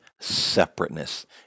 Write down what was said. separateness